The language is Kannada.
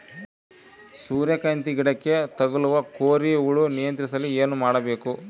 ಸೂರ್ಯಕಾಂತಿ ಗಿಡಕ್ಕೆ ತಗುಲುವ ಕೋರಿ ಹುಳು ನಿಯಂತ್ರಿಸಲು ಏನು ಮಾಡಬೇಕು?